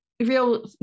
real